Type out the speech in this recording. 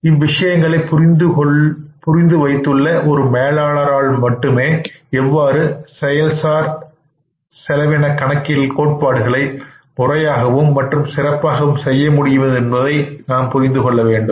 இவ்விடயங்களை புரிந்து வைத்துள்ள ஒரு மேலாளரால் எவ்வாறு செயல் சார் கணக்கில் கோட்பாடுகளை முறையாக மற்றும் சிறப்பாக செய்ய முடியும் என்பதை நீங்கள் புரிந்துகொள்ள வேண்டும்